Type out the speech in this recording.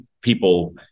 people